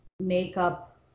makeup